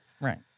Right